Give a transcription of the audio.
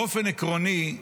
באופן עקרוני,